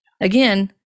Again